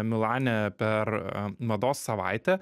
milane per mados savaitę